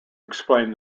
explain